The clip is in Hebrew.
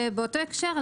ובאותו הקשר,